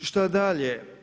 Šta dalje?